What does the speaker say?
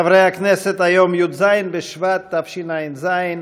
חברי הכנסת, היום י"ז בשבט התשע"ז,